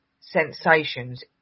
sensations